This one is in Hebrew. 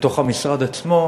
בתוך המשרד עצמו,